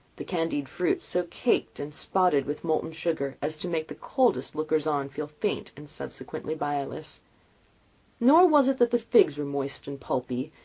the candied fruits so caked and spotted with molten sugar as to make the coldest lookers-on feel faint and subsequently bilious. nor was it that the figs were moist and pulpy,